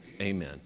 amen